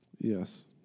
Yes